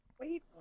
Wait